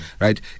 right